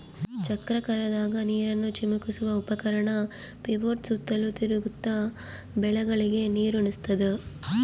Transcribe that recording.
ಚಕ್ರಾಕಾರದಾಗ ನೀರನ್ನು ಚಿಮುಕಿಸುವ ಉಪಕರಣ ಪಿವೋಟ್ಸು ಸುತ್ತಲೂ ತಿರುಗ್ತ ಬೆಳೆಗಳಿಗೆ ನೀರುಣಸ್ತಾದ